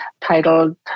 titled